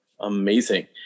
amazing